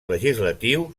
legislatiu